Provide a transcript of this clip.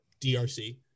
DRC